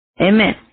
amen